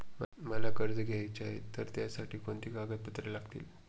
मला कर्ज घ्यायचे आहे तर त्यासाठी कोणती कागदपत्रे लागतील?